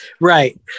Right